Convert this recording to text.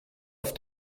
auf